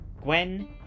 Gwen